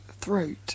throat